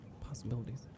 possibilities